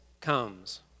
comes